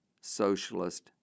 socialist